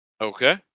Okay